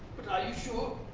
but are you sure?